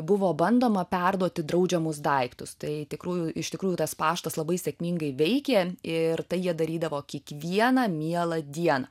buvo bandoma perduoti draudžiamus daiktus tai tikrųjų iš tikrųjų tas paštas labai sėkmingai veikė ir tai jie darydavo kikvieną mielą dieną